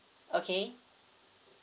okay